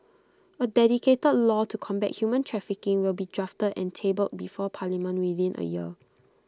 A dedicated law to combat human trafficking will be drafted and tabled before parliament within A year